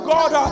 God